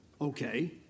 Okay